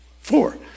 Four